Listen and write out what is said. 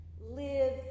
Live